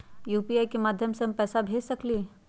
UPI के माध्यम से हम पैसा भेज सकलियै ह?